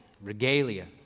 Regalia